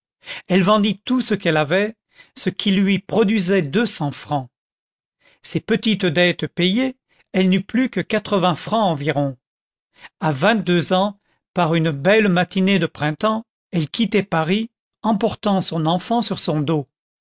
elle vendit tout ce qu'elle avait ce qui lui produisit deux cents francs ses petites dettes payées elle n'eut plus que quatre-vingts francs environ à vingt-deux ans par une belle matinée de printemps elle quittait paris emportant son enfant sur son dos